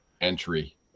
entry